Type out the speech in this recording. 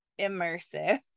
immersive